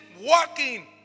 walking